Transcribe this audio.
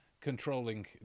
controlling